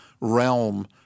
realm